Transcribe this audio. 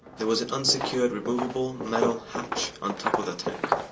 there was an unsecured removable metal hatch on top of the tank.